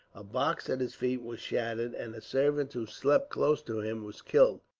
a box at his feet was shattered, and a servant who slept close to him was killed.